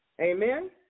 Amen